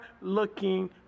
looking